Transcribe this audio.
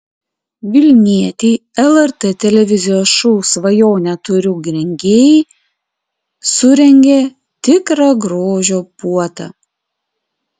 vilnietei lrt televizijos šou svajonę turiu rengėjai surengė tikrą grožio puotą